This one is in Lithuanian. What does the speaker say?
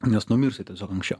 nes numirsi anksčiau